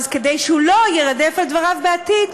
אז כדי שהוא לא יירדף על דבריו בעתיד,